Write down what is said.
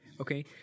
okay